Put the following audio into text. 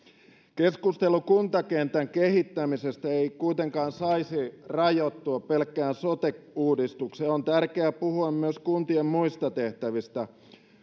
keskustelu kuntakentän kehittämisestä ei kuitenkaan saisi rajoittua pelkkään sote uudistukseen on tärkeää puhua myös kuntien muista tehtävistä